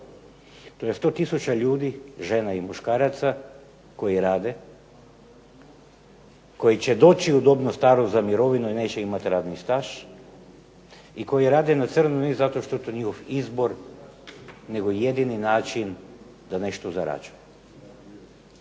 To je 100 tisuća ljudi, žena i muškaraca, koji rade, koji će doći u dobnu starost za mirovinu i neće imati radni staž i koji rade na crno ne zato što je to njihov izbor nego jedini način da nešto zarađuju.